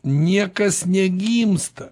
niekas negimsta